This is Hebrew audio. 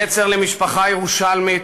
נצר למשפחה ירושלמית,